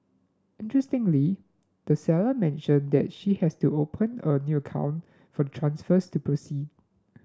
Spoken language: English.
interestingly the seller mentioned that she has to open a new account for transfers to proceed